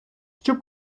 щоб